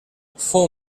fou